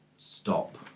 Stop